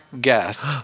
guest